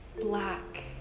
black